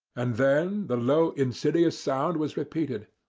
and then the low insidious sound was repeated.